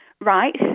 right